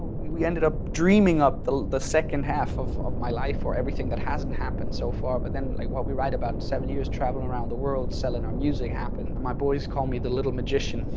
we we ended up dreaming up the the second half of of my life or everything that hasn't happened so far. but then what we write up in seven years, traveling around the world, selling our music, happened. my boys call me the little magician.